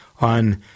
on